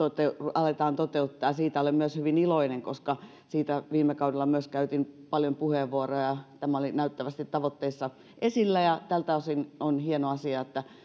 aletaan toteuttamaan siitä olen myös hyvin iloinen koska siitä viime kaudella myös käytin paljon puheenvuoroja tämä oli näyttävästi tavoitteissa esillä ja tältä osin on hieno asia että